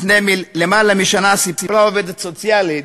לפני למעלה משנה סיפרה עובדת סוציאלית